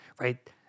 right